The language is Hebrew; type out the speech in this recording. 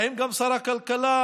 האם גם שר הכלכלה,